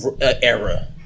era